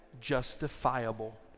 justifiable